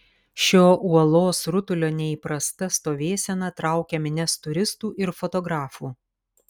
šio uolos rutulio neįprasta stovėsena traukia minias turistų ir fotografų